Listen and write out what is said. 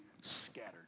scattered